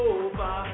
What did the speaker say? over